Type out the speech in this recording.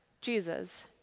jesus